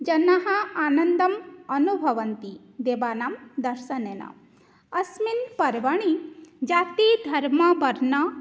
जनाः आनन्दम् अनुभवन्ति देवानां दर्शनेन अस्मिन् पर्वणि जातिः धर्मः वर्णः